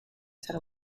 set